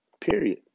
Period